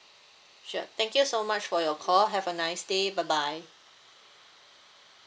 sure thank you so much for your call have a nice day bye bye